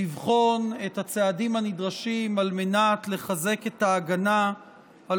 לבחון את הצעדים הנדרשים על מנת לחזק את ההגנה על